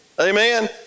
Amen